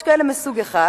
יש כאלה מסוג אחד,